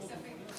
כספים.